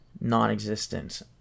non-existent